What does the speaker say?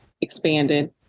expanded